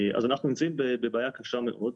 אז אנחנו נמצאים בבעיה קשה מאוד.